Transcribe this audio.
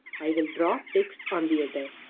i will draw text on the header.